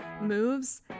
moves